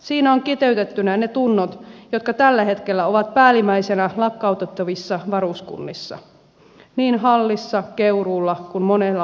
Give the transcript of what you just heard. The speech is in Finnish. siinä on kiteytettynä ne tunnot jotka tällä hetkellä ovat päällimmäisenä lakkautettavissa varuskunnissa niin hallissa keuruulla kuin monella muullakin paikkakunnalla